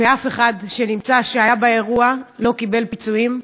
ואף אחד מאלה שהיו באירוע לא קיבל פיצויים.